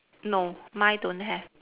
no mine don't have